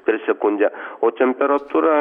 per sekundę o temperatūra